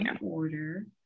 order